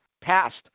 passed